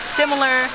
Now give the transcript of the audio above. similar